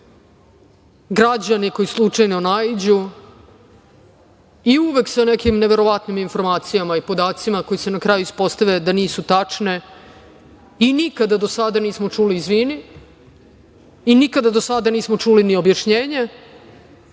građani koji slučajno naiđu i uvek sa nekim neverovatnim informacijama i podacima, koji se na kraju ispostave da nisu tačne i nikada do sada nismo čuli – izvini, i nikada do sada nismo čuli ni objašnjenje,